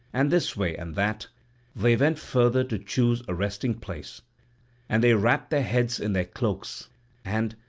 and this way and that they went further to choose a resting-place and they wrapped their heads in their cloaks and,